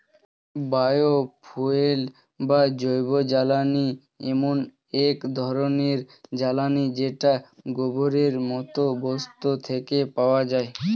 bio fuel বা জৈবজ্বালানী এমন এক ধরণের জ্বালানী যেটা গোবরের মতো বস্তু থেকে পাওয়া যায়